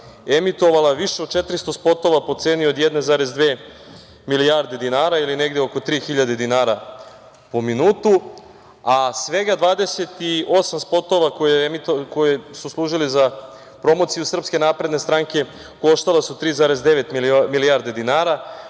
emitovala više od 400 spotova po ceni od 1,2 milijarde dinara ili negde oko 3.000 dinara po minutu, a svega 28 spotova koji su služili za promociju SNS koštali su svega 3,9 milijarde dinara,